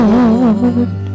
Lord